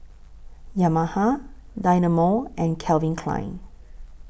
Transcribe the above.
Yamaha Dynamo and Calvin Klein